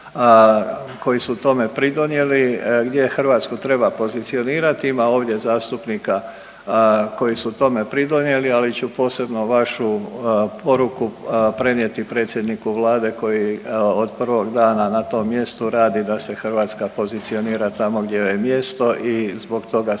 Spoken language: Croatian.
koji su tome pridonijeli gdje Hrvatsku treba pozicionirati. Ima ovdje zastupnika koji su tome pridonijeli, ali ću posebno vašu poruku prenijeti predsjedniku Vlade koji evo od prvog dana na tom mjestu radi da se Hrvatska pozicionira tamo gdje joj je mjesto i zbog toga svi